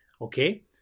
okay